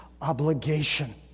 obligation